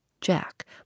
Jack